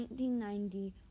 1990